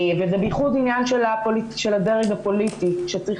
וזה בייחוד עניין של הדרג הפוליטי שצריך